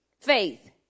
Faith